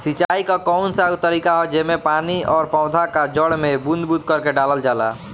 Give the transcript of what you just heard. सिंचाई क कउन सा तरीका ह जेम्मे पानी और पौधा क जड़ में बूंद बूंद करके डालल जाला?